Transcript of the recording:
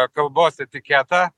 kalbos etiketą